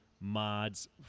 mods